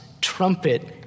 trumpet